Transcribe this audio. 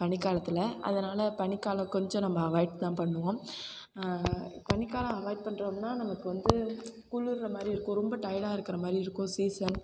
பனிக்காலத்தில் அதனால பனிக்காலம் கொஞ்சம் நம்ம அவாய்ட் தான் பண்ணுவோம் பனிக்காலம் அவாய்ட் பண்றோம்னால் நமக்கு வந்து குளுருற மாதிரி இருக்கும் ரொம்ப டயர்டாக இருக்கிற மாதிரி இருக்கும் சீசன்